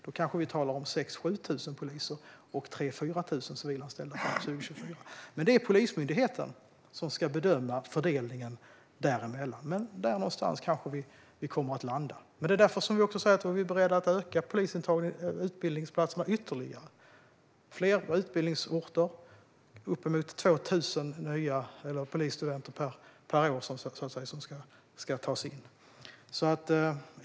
Då kanske vi talar om 6 000-7 000 poliser och 3 000-4 000 civilanställda till 2024. Det är Polismyndigheten som ska bedöma fördelningen däremellan, men där någonstans kanske vi kommer att landa. Vi säger att vi är beredda att öka utbildningsplatserna ytterligare. Det blir fler utbildningsorter och uppemot 2 000 nya polisstudenter per år som ska tas in.